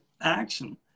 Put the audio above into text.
action